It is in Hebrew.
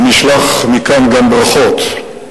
ונשלח מכאן גם ברכות,